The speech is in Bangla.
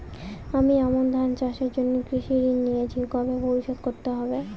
আমি আমন ধান চাষের জন্য কৃষি ঋণ নিয়েছি কবে পরিশোধ করতে হবে?